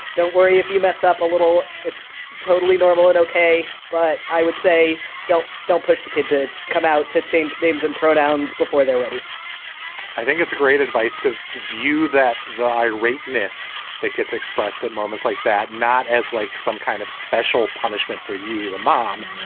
don't worry, if you mess up a little, it's totally normal and ok. ok. but i would say don't. don't push the kid to come out to change names and pronouns before they're ready i think it's great advice to view that the irate miss that gets expressed at moments like that, not as like some kind of special punishment for you, the mom,